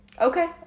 Okay